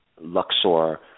Luxor